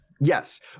Yes